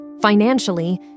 Financially